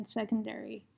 secondary